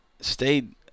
stayed